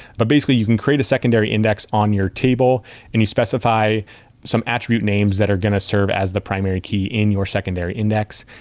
but basically, you can create a secondary index on your table and you specify some attribute names that are going to serve as the primary key in your secondary index.